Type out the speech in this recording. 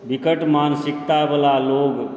विकट मानसिकतावला लोग